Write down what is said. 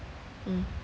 mm